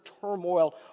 turmoil